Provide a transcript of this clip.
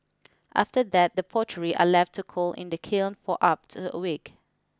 after that the pottery are left to cool in the kiln for up to a week